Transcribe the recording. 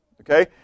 Okay